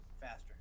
faster